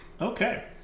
Okay